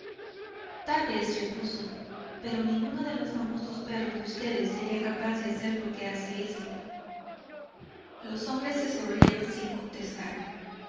oyó tal vez repuso pero ninguno de los famosos perros de ustedes sería capaz de hacer lo que hace ese los hombres se sonrieron sin contestar